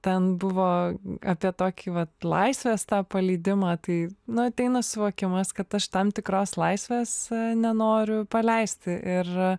ten buvo apie tokį vat laisvės tą paleidimą tai na ateina suvokimas kad aš tam tikros laisvės nenoriu paleisti ir